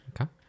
Okay